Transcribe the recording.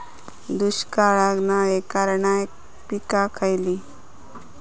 दुष्काळाक नाय ऐकणार्यो पीका खयली?